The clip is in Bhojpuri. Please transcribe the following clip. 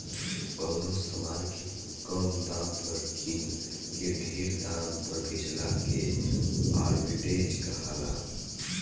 कवनो समान के कम दाम पर किन के ढेर दाम पर बेचला के आर्ब्रिट्रेज कहाला